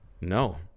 No